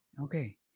Okay